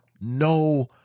no